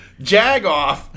Jagoff